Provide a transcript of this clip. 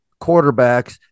quarterbacks